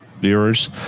viewers